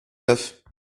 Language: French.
neuf